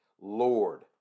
Lord